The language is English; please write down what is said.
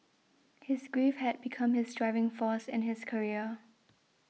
his grief had become his driving force in his career